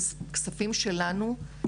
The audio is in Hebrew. בכספים שלנו,